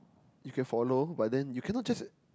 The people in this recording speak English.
you can follow but then you cannot just